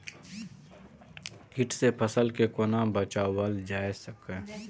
कीट से फसल के कोना बचावल जाय सकैछ?